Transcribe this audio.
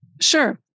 Sure